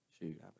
Shoot